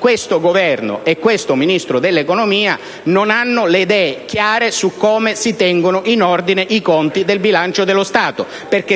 questo Governo e questo Ministro dell'economia non abbiano le idee chiare su come si tengono in ordine i conti dello Stato.